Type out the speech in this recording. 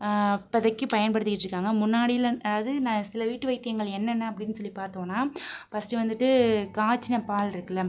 இப்பதிக்கு பயன்படுத்திகிட்டு இருக்காங்க முன்னாடியெலாம் அதாவது சில வீட்டு வைத்தியங்கள் என்னென்ன அப்படினு சொல்லி பார்த்தோம்னா ஃபர்ஸ்ட் வந்துட்டு காய்ச்சிய பால் இருக்குல